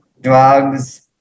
drugs